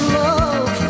love